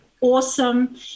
awesome